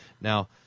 Now